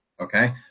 Okay